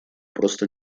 просто